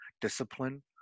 discipline